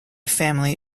family